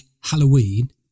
halloween